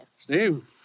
Steve